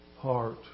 heart